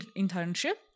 internship